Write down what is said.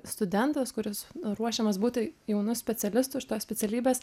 studentas kuris ruošiamas būti jaunu specialistu iš tos specialybės